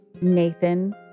Nathan